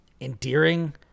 endearing